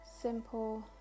simple